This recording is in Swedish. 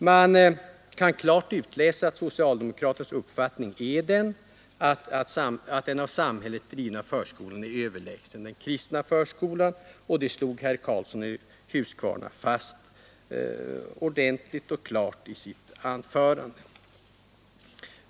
Det kan klart utläsas att socialdemokraternas uppfattning är att den av samhället drivna förskolan är överlägsen den kristna förskolan, och detta slog också herr Karlsson i Huskvarna fast ordentligt i sitt anförande.